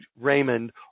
Raymond